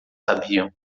sabiam